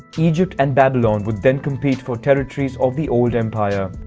egypt and babylon would then compete for territories of the old empire.